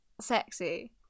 sexy